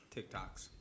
TikToks